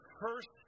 first